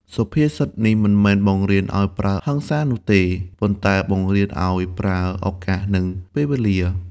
សុភាសិតនេះមិនមែនបង្រៀនឱ្យប្រើហិង្សានោះទេ ប៉ុន្តែបង្រៀនឱ្យប្រើ «ឱកាស» និង «ពេលវេលា»។